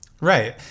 Right